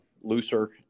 looser